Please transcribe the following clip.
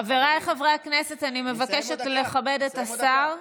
חבריי חברי הכנסת, אני מבקשת לכבד את השר.